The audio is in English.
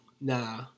Nah